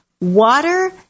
Water